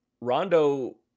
Rondo